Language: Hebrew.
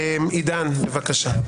עידן, בבקשה.